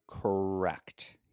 Correct